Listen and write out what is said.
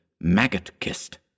maggot-kissed